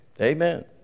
amen